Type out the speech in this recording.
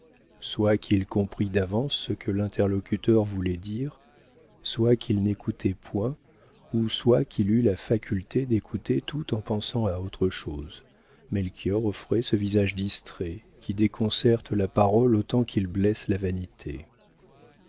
soit qu'il comprît d'avance ce que l'interlocuteur voulait dire soit qu'il n'écoutât point ou soit qu'il eût la faculté d'écouter tout en pensant à autre chose melchior offrait ce visage distrait qui déconcerte la parole autant qu'il blesse la vanité